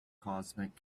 cosmic